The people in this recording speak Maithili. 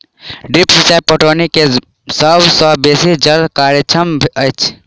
ड्रिप सिचाई पटौनी के सभ सॅ बेसी जल कार्यक्षम अछि